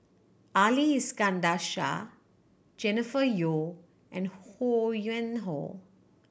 Ali Iskandar Shah Jennifer Yeo and Ho Yuen Hoe